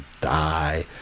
die